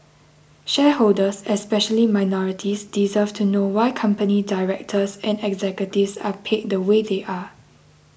shareholders especially minorities deserve to know why company directors and executives are paid the way they are